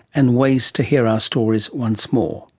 and ways to hear our stories once more